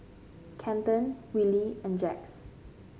Kenton Willie and Jax